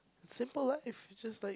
simple like if just like